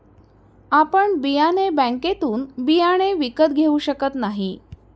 आपण बियाणे बँकेतून बियाणे विकत घेऊ शकत नाही